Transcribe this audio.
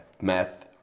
Meth